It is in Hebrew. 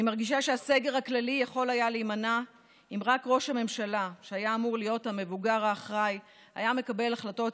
מה המשחק הלז / אמרה הממשלה, משחק יקר מפז.